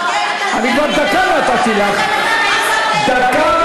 תשאלי למה החשמל מגיע למנהרות.